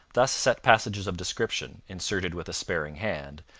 thus set passages of description, inserted with a sparing hand,